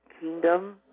kingdom